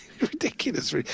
Ridiculous